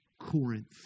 Corinth